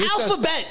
alphabet